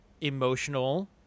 emotional